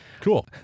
Cool